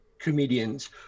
comedians